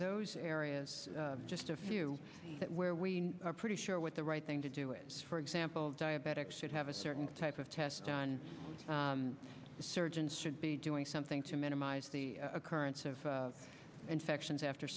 those areas just a few where we are pretty sure with the right thing to do is for example diabetics should have a certain type of test on the surgeons should be doing something to minimize the occurrence of infections after